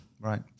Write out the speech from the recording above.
Right